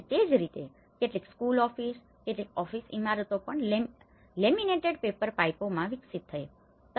અને તે જ રીતે કેટલીક સ્કૂલ ઓફિસ કેટલીક ઓફિસ ઇમારતો પણ લેમિનેટેડ પેપર પાઈપોમાં વિકસિત થઈ છે